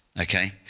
Okay